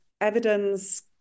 evidence